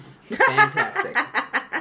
Fantastic